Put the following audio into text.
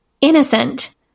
innocent